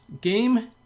game